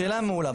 שאלה מעולה.